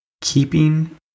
Keeping